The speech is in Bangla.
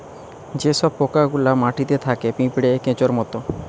যে সব পোকা গুলা মাটিতে থাকে পিঁপড়ে, কেঁচোর মত